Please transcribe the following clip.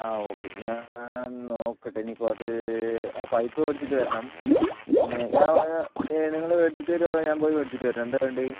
ആ ഓക്കെ ഞാൻ നോക്കട്ടെ ഇനി ഇപ്പോൾ അത് ആ പൈപ്പ് മേടിച്ചിട്ട് വരണം പിന്നെ ഞാൻ നിങ്ങൾ മേടിച്ചിട്ട് വരുമോ അതോ ഞാൻ പോയി മേടിച്ചിട്ട് വരണോ എന്താ വേണ്ടത്